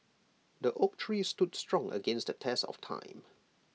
the oak tree stood strong against the test of time